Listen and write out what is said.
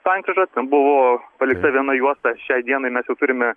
sankryža ten buvo palikta viena juosta šiai dienai mes jau turime